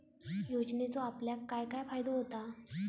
योजनेचो आपल्याक काय काय फायदो होता?